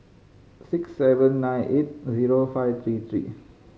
six seven nine eight zero five three three